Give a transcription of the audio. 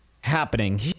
happening